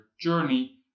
journey